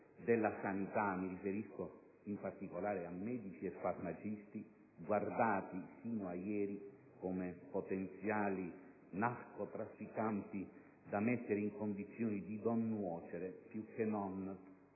della sanità. Mi riferisco in particolare a medici e farmacisti, guardati fino a ieri come potenziali narcotrafficanti, da mettere in condizione di non nuocere, più che